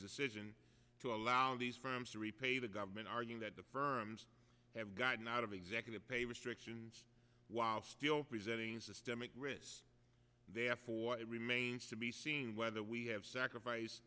decision to allow these firms to repay the government arguing that the firms have gotten out of executive pay restrictions while still presenting systemic risks therefore it remains to be seen whether we have sacrifice